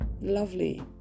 Lovely